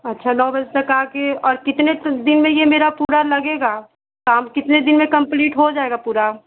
अच्छा नौ बजे तक आकर और कितने तो दिन में यह मेरा पूरा लगेगा काम कितने दिन में कम्पलीट हो जाएगा पूरा